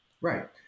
Right